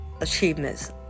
achievements